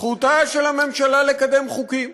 זכותה של הממשלה לקדם חוקים.